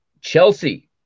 Chelsea